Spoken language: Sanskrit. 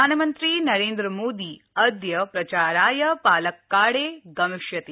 प्रधानमन्त्री नरेन्द्रमोदी अद्य प्रचाराय पालक्काडे गमिष्यति